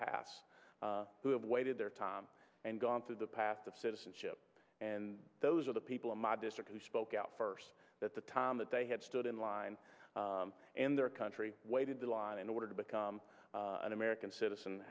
past who have waited their time and gone through the path of citizenship and those are the people in my district who spoke out first at the time that they had stood in line and their country waited in line in order to become an american citizen